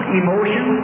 emotion